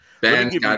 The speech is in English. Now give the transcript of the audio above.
Ben